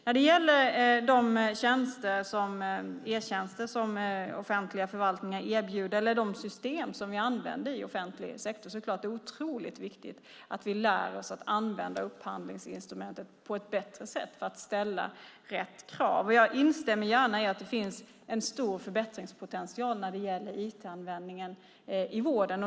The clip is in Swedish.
När det gäller de e-tjänster om offentliga förvaltningar erbjuder eller de system som vi använder i offentlig sektor är det otroligt viktigt att vi lär oss att använda upphandlingsinstrumentet på rätt sätt för att ställa rätt krav. Jag instämmer gärna i att det finns en stor förbättringspotential för IT-användningen i vården.